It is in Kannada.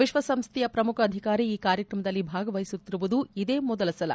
ವಿಶ್ಲಸಂಸ್ಡೆಯ ಪ್ರಮುಖ ಅಧಿಕಾರಿ ಈ ಕಾರ್ಯಕ್ರಮದಲ್ಲಿ ಭಾಗವಹಿಸುತ್ತಿರುವುದು ಇದೇ ಮೊದಲ ಸಲ